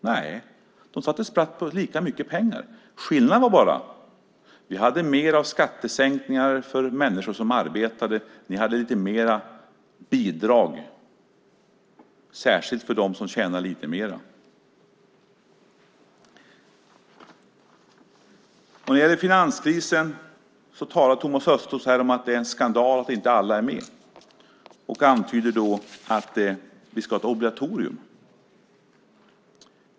Nej, de satte sprätt på lika mycket pengar. Skillnaden är bara att vi hade mer av skattesänkningar för människor som arbetar. Ni hade lite mer bidrag, särskilt för dem som tjänar lite mer. När det gäller finanskrisen talar Thomas Östros här om att det är en skandal att inte alla är med i garantiprogrammet och antyder att vi ska ha ett obligatorium.